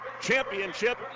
championship